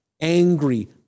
angry